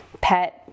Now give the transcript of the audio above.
pet